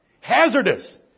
hazardous